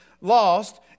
lost